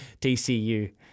DCU